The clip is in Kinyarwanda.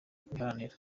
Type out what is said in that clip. kubiharanira